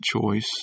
choice